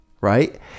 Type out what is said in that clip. right